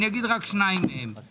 אציג רק שתי שאלות.